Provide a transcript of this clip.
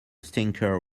stinker